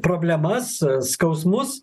problemas skausmus